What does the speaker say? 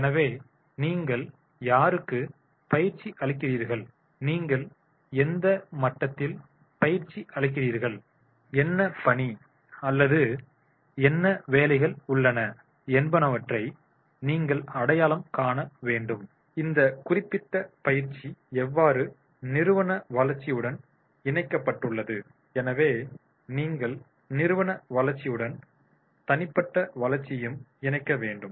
எனவே நீங்கள் யாருக்கு பயிற்சி அளிக்கிறீர்கள் நீங்கள் எந்த மட்டத்தில் பயிற்சி அளிக்கிறீர்கள் என்ன பணி அல்லது வேலைகள் உள்ளன என்பனவற்றை நீங்கள் அடையாளம் காண வேண்டும் இந்த குறிப்பிட்ட பயிற்சி எவ்வாறு நிறுவன வளர்ச்சியுடன் இணைக்கப்பட்டுள்ளது எனவே நீங்கள் நிறுவன வளர்ச்சியுடன் தனிப்பட்ட வளர்ச்சியும் இணைக்க வேண்டும்